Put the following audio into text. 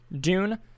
Dune